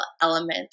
element